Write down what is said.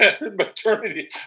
Maternity